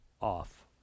off